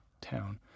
town